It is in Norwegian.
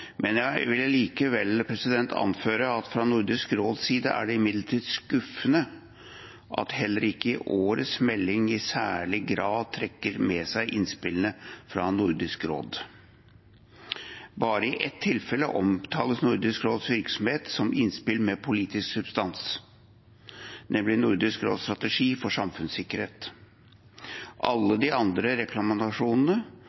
Jeg vil likevel anføre at fra Nordisk råds side er det imidlertid skuffende at heller ikke årets melding i særlig grad trekker med seg innspillene fra Nordisk råd. Bare i ett tilfelle omtales Nordisk råds virksomhet som innspill med politisk substans, nemlig Nordisk råds strategi for samfunnssikkerhet.